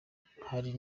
hari